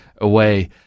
away